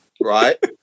Right